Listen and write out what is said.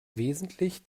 wesentlich